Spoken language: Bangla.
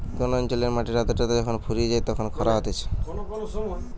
কোন অঞ্চলের মাটির আদ্রতা যখন ফুরিয়ে যায় তখন খরা হতিছে